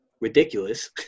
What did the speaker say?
Ridiculous